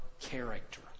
character